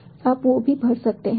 आप वो भी भर सकते हैं